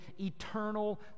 eternal